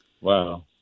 Wow